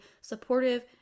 supportive